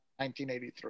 1983